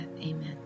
amen